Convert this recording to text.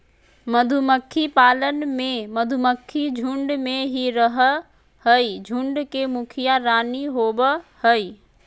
मधुमक्खी पालन में मधुमक्खी झुंड में ही रहअ हई, झुंड के मुखिया रानी होवअ हई